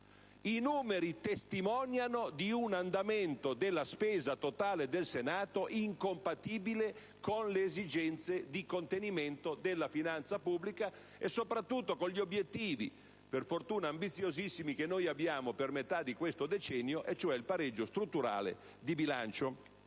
I numeri testimoniano di un andamento della spesa totale del Senato incompatibile con le esigenze di contenimento della finanza pubblica e soprattutto con gli obiettivi, per fortuna ambiziosissimi, che abbiamo per metà di questo decennio, cioè il pareggio strutturale di bilancio.